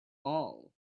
all